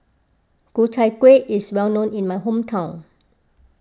Ku Chai Kueh is well known in my hometown